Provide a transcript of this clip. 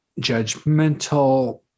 judgmental